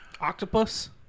Octopus